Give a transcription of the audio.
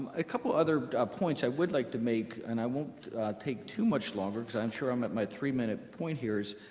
a couple of other points i would like to make, and i won't take too much longer, because i'm sure i'm at my three minute point here,